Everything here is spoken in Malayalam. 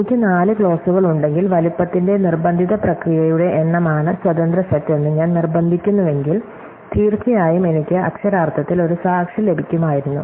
എനിക്ക് നാല് ക്ലോസുകളുണ്ടെങ്കിൽ വലുപ്പത്തിന്റെ നിർബന്ധിത പ്രക്രിയയുടെ എണ്ണമാണ് സ്വതന്ത്ര സെറ്റ് എന്ന് ഞാൻ നിർബന്ധിക്കുന്നുവെങ്കിൽ തീർച്ചയായും എനിക്ക് അക്ഷരാർത്ഥത്തിൽ ഒരു സാക്ഷി ലഭിക്കുമായിരുന്നു